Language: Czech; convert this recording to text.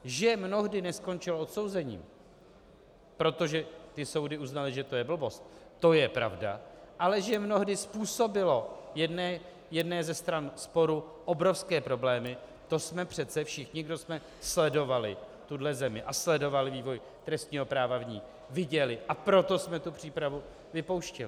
Že mnohdy neskončilo odsouzením, protože soudy uznaly, že to je blbost, to je pravda, ale že mnohdy způsobilo jedné ze stran sporu obrovské problémy, to jsme přece všichni, kdo jsme sledovali tuto zemi a sledovali vývoj trestního práva v ní, viděli, a proto jsme tu přípravu vypouštěli.